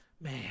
Man